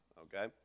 Okay